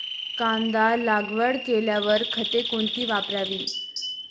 कांदा लागवड केल्यावर खते कोणती वापरावी?